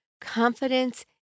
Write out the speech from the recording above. confidence